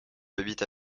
habites